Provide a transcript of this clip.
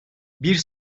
bir